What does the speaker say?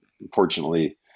unfortunately